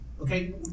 okay